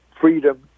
freedom